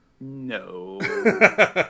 No